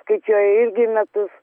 skaičiuoja irgi metus